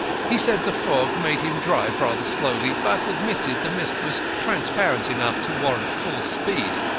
he said the fog made him drive rather slowly, but admitted the mist was transparent enough to warrant full speed.